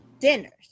dinners